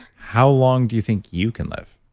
how long do you think you can live?